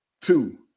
two